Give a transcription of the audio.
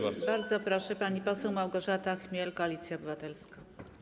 Bardzo proszę, pani poseł Małgorzata Chmiel, Koalicja Obywatelska.